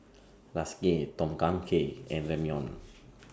Lasagne Tom Kha Gai and Ramyeon